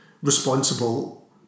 Responsible